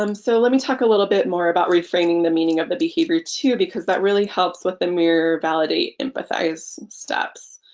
um so let me talk a little bit more about reframing the meaning of the behavior too because that really helps with the mirror validate empathize steps.